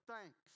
thanks